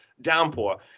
downpour